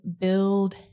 build